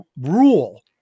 rule